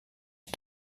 nur